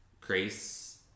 grace